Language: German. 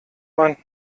man